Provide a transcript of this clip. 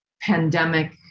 pandemic